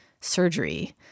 surgery